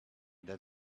that